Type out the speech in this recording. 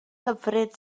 hyfryd